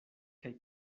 kaj